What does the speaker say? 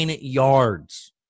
yards